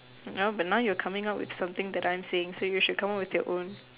now but now you are coming out with something that I am saying so you should come out with your own